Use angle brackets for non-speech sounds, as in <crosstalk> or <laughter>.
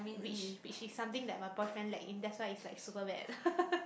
which which is something that my boyfriend lack in that's why is like super bad <laughs>